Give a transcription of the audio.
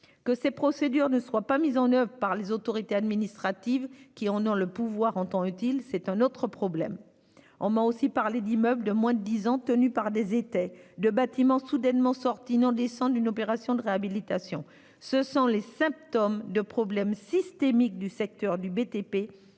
Que ces procédures ne soient pas mises en oeuvre par les autorités administratives, qui en ont le pouvoir en temps utile, c'est un autre problème ... On m'a aussi parlé d'immeubles de moins de dix ans tenus par des étais, de bâtiments soudainement sortis « non décents » d'une opération de réhabilitation ... Ce sont les symptômes de problèmes systémiques du secteur du